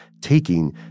taking